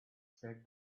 said